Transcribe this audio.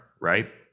right